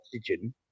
oxygen